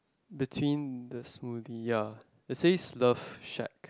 between the smoothie ya it says the shack